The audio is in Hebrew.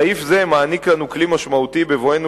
סעיף זה מעניק לנו כלי משמעותי בבואנו